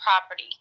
property